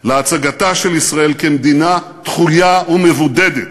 להצגתה של ישראל כמדינה דחויה ומבודדת,